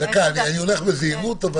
דבר שני, לא